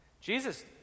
Jesus